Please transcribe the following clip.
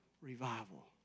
revival